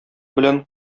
белән